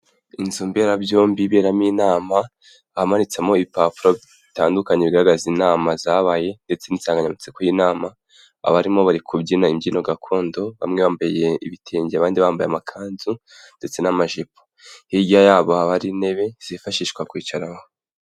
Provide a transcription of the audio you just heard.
Inzu mberabyombi iberamo inama, ahamanitsemo ibipapuro bitandukanye bigaragaza inama zabaye ndetse n'insanganyamatsiko y'inama, abarimo bari kubyina imbyino gakondo, bamwe bambaye ibitenge ,abandi bambaye amakanzu ndetse n'amajipo. Hirya yabo haba hari intebe zifashishwa mu kwicaraho.